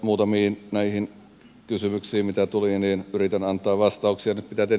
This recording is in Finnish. muutamiin kysymyksiin mitä tuli yritän antaa vastauksia